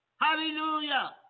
Hallelujah